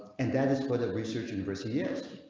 and that is where the research in brazil. yes.